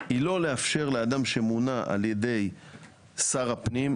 היא לא לאפשר לאדם שמונה על ידי שר הפנים,